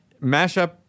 Mashup